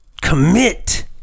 commit